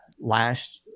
last